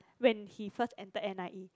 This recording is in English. when he first entered n_i_e